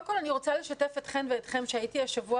אני רוצה לשתף אתכם ואתכן שהייתי השבוע